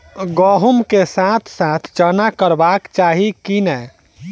गहुम केँ साथ साथ चना करबाक चाहि की नै?